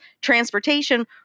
transportation